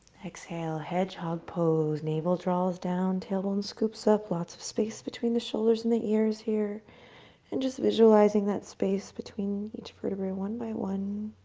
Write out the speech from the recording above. exhale hedgehog pose, navel draws down tailbone scoops up, lots of space between the shoulders and the ears here and just visualizing that space between each vertebrae, one by one.